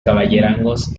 caballerangos